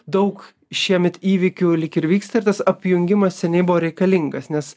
daug šiemet įvykių lyg ir vyksta ir tas apjungimas seniai buvo reikalingas nes